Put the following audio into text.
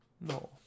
No